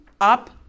up